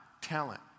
talent